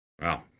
Wow